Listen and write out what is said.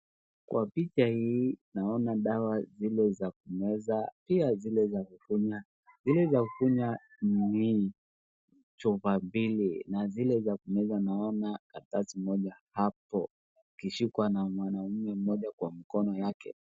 Kwa picha hii naona dawa zile za kumeza, pia zile za kukunywa. Zile za kukunywa ni chupa mbili na zile za kumeza naona karatasi moja hapo, ikishikwa na mwanaume mmoja kwa mkono wake.